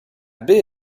baie